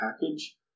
package